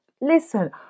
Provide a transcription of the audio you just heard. listen –